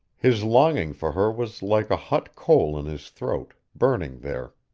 his longing for her was like a hot coal in his throat, burning there.